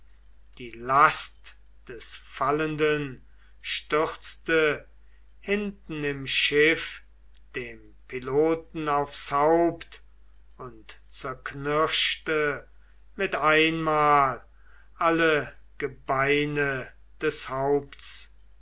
die last des fallenden stürzte hinten im schiff dem piloten aufs haupt und zerknirschte mit einmal alle gebeine des haupts